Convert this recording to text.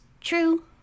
true